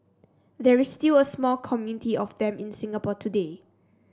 there is still a small community of them in Singapore today